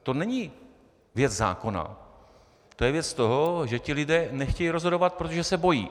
To není věc zákona, to je věc toho, že ti lidé nechtějí rozhodovat, protože se bojí.